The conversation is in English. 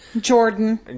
Jordan